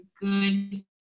good